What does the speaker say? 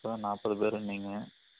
மொத்தம் நாற்பது பேருன்னீங்க